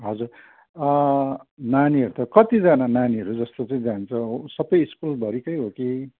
हजुर नानीहरू त कतिजना नानीहरू जस्तो चाहिँ जान्छ सबै स्कुलभरिकै हो कि